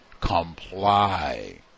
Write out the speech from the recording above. Comply